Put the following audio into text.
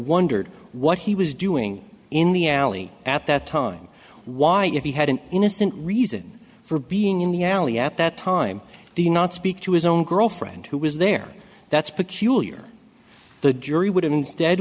wondered what he was doing in the alley at that time why if he had an innocent reason for being in the alley at that time the not speak to his own girlfriend who was there that's peculiar the jury would have